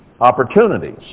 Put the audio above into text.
opportunities